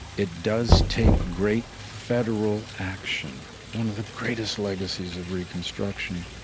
it does take great federal action. one of the greatest legacies of reconstruction